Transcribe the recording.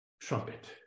trumpet